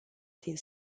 din